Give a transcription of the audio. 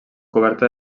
coberta